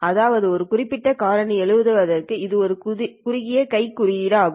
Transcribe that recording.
அதாவது இந்த குறிப்பிட்ட காரணி எழுதுவதற்கு இது ஒரு குறுகிய கை குறியீடு ஆகும்